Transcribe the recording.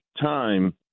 time